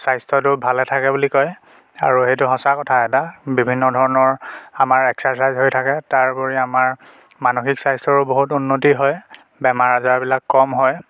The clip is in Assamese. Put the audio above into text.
স্বাস্থ্যটো ভালে থাকে বুলি কয় আৰু সেইটো সঁচা কথা এটা বিভিন্ন ধৰণৰ আমাৰ এক্সাৰচাইজ হৈ থাকে তাৰোপৰি আমাৰ মানসিক স্বাস্থ্যৰো বহুত উন্নতি হয় বেমাৰ আজাৰবিলাক কম হয়